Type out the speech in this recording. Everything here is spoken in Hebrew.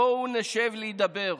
בואו נשב להידבר,